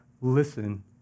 listen